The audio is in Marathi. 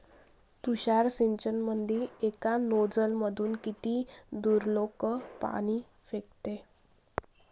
तुषार सिंचनमंदी एका नोजल मधून किती दुरलोक पाणी फेकते?